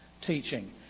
teaching